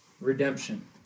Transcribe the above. redemption